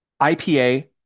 IPA